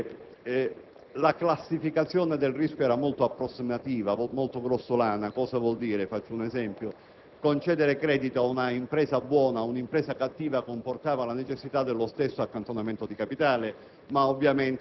fatto che la classificazione del rischio era molto approssimativa e grossolana. Faccio un esempio: concedere credito ad un'impresa buona o ad un'impresa cattiva comportava la necessità dello stesso accantonamento di capitale,